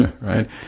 right